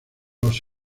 los